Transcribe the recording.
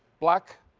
black,